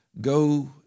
go